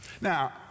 Now